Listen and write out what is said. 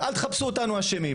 אל תחפשו אותנו אשמים,